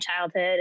childhood